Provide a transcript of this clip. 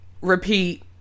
repeat